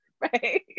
right